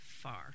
far